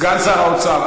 סגן שר האוצר.